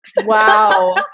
Wow